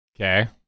Okay